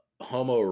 Homo